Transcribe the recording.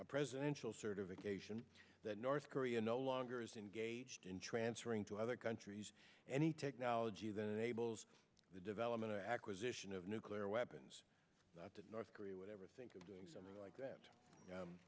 a presidential certification that north korea no longer is engaged in transferring to other countries any technology that enables the development of acquisition of nuclear weapons to north korea whatever think of doing something like that